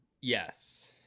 yes